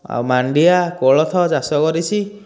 ଆଉ ମାଣ୍ଡିଆ କୋଳଥ ଚାଷ କରିଛି